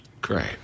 Great